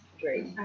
great